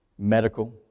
Medical